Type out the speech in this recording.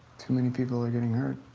too many people are getting hurt.